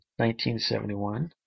1971